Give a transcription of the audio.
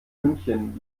münchen